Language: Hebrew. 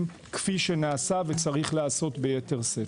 כפי שנעשה וצריך להיעשות ביתר שאת.